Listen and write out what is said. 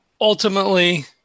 ultimately